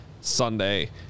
Sunday